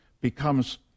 becomes